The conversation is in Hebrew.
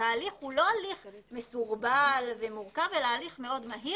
ההליך אינו מסורבל אלא מאוד מהיר.